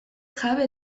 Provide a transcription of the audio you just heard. jabe